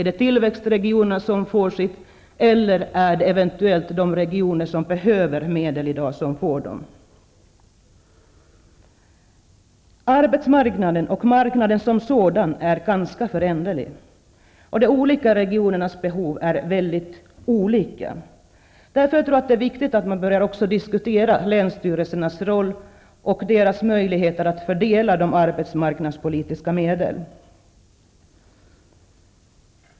Är det tillväxtregionerna som skall stödjas, eller är det de regioner som i dag behöver medel som skall få del av stödet? Arbetsmarknaden och marknaden som sådan är ganska föränderlig. De olika regionernas behov är väldigt skiftande. Därför är det viktigt att man också börjar diskutera länsstyrelsernas roll och deras möjligheter att fördela de arbetsmarknadspolitiska medlen.